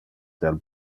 del